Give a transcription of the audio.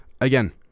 Again